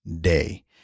Day